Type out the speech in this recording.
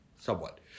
somewhat